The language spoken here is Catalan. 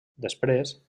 després